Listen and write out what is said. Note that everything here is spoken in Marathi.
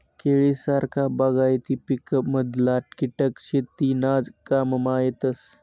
केळी सारखा बागायती पिकमधला किटक शेतीनाज काममा येतस